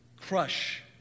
crush